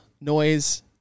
noise